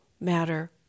matter